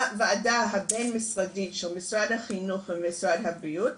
הוועדה הבין משרדית של משרד החינוך ומשרד הבריאות,